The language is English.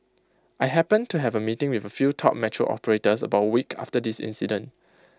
I happened to have A meeting with A few top metro operators about A week after this incident